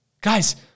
Guys